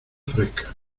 frescas